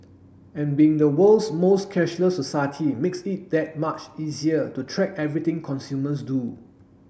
and being the world's most cashless society makes it that much easier to track everything consumers do